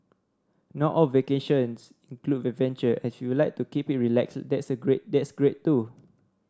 not all vacations include adventure and if you like to keep it relaxed that's a great that's great too